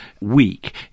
week